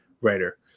writer